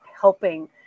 helping